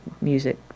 music